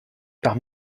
par